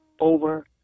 over